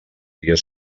dia